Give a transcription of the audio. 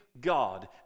God